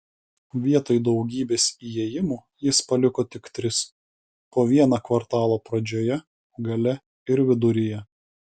vietoj daugybės įėjimų jis paliko tik tris po vieną kvartalo pradžioje gale ir viduryje